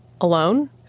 alone